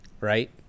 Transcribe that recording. right